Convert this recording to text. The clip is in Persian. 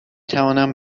توانم